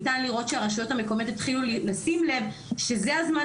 ניתן לראות שהרשויות המקומיות התחילו לשים לב שזה הזמן